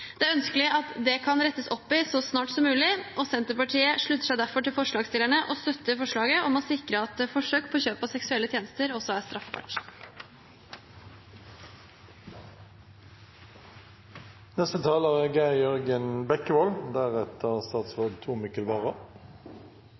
Det er ønskelig at det rettes opp i så snart som mulig, og Senterpartiet slutter seg derfor til forslagsstillerne og støtter forslaget om å sikre at forsøk på kjøp av seksuelle tjenester også er